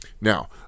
Now